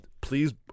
please